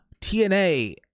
TNA